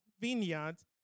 vineyards